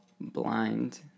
blind